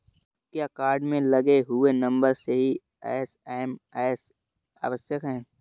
क्या कार्ड में लगे हुए नंबर से ही एस.एम.एस आवश्यक है?